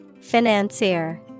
Financier